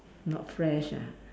not fresh ah